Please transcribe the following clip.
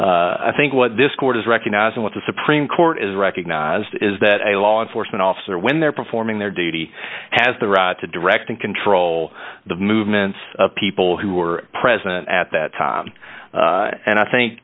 e i think what this court is recognizing what the supreme court is recognized is that a law enforcement officer when they're performing their duty has the right to direct and control the movements of people who are present at that time and i think